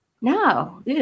No